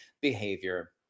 behavior